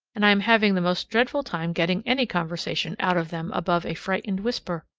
and i am having the most dreadful time getting any conversation out of them above a frightened whisper.